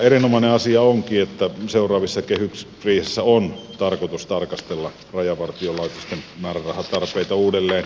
erinomainen asia onkin että seuraavassa kehysriihessä on tarkoitus tarkastella rajavartiolaitoksen määrärahatarpeita uudelleen